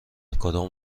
کدام